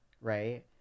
right